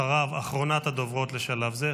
אחריו אחרונת הדוברות לשלב זה,